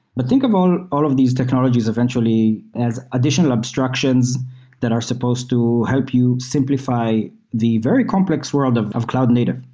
but think of all all of these technologies eventually as additional abstractions that are supposed to help you simplify the very complex world of of cloud native.